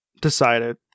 decided